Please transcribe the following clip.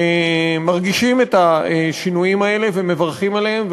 מרגישים את השינויים האלה ומברכים עליהם,